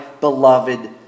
beloved